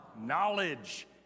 knowledge